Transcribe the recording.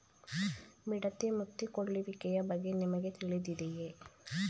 ಮಿಡತೆ ಮುತ್ತಿಕೊಳ್ಳುವಿಕೆಯ ಬಗ್ಗೆ ನಿಮಗೆ ತಿಳಿದಿದೆಯೇ?